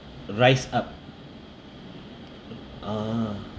rise up uh